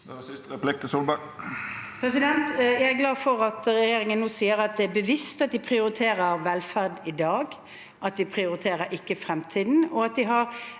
Jeg er glad for at regjer- ingen nå sier at det er bevisst at de prioriterer velferd i dag, at de ikke prioriterer fremtiden,